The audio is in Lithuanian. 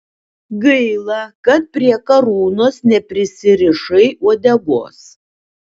gaila kad prie karūnos neprisirišai uodegos